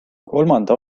kolmanda